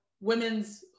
women's